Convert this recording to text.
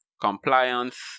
compliance